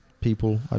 people